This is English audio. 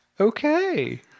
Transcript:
okay